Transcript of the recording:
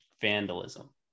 vandalism